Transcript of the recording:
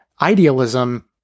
idealism